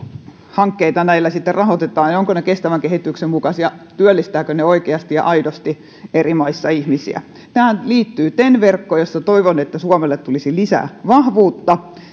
hankkeita näillä sitten rahoitetaan ja ovatko ne kestävän kehityksen mukaisia työllistävätkö ne oikeasti ja aidosti eri maissa ihmisiä tähän liittyy ten verkko jonka suhteen toivon että suomelle tulisi siihen lisää vahvuutta